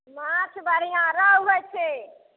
माछ बढ़िआँ रहु होइ छै